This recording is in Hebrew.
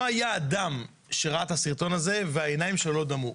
לא היה אדם שראה את הסרטון הזה והעיניים שלו לא דמעו.